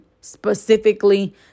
specifically